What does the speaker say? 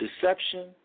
Deception